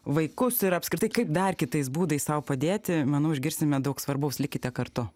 vaikus ir apskritai kaip dar kitais būdais sau padėti manau išgirsime daug svarbaus likite kartu